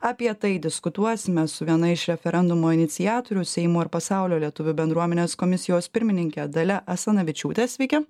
apie tai diskutuosime su viena iš referendumo iniciatorių seimo ir pasaulio lietuvių bendruomenės komisijos pirmininke dalia asanavičiūte sveiki